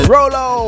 Rolo